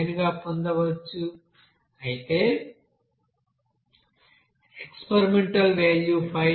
9 గా పొందవచ్చు అయితే ఎక్స్పెరిమెంటల్ వేల్యూ 5